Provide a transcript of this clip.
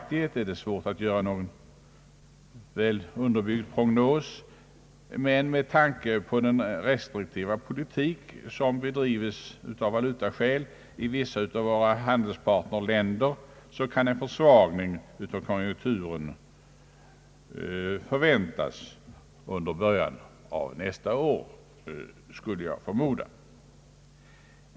Det är svårt att göra en väl underbyggd prognos om konjunkturens varaktighet, men med tanke på den restriktiva politik som av valutaskäl förs i vissa av våra handelspartnerländer kan en försvagning av konjunkturen förväntas under början av nästa år.